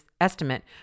estimate